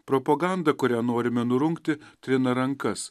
propaganda kuria norime nurungti trina rankas